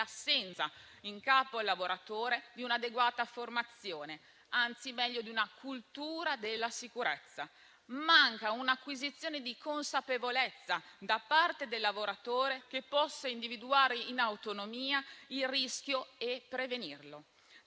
nell'assenza in capo al lavoratore di un'adeguata formazione, anzi di una cultura della sicurezza. Manca un'acquisizione di consapevolezza da parte del lavoratore che possa individuare in autonomia il rischio e prevenirlo.